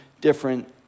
different